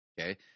Okay